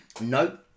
Nope